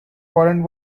warrant